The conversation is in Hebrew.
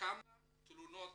כמה תלונות